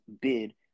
bid